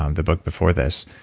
um the book before this.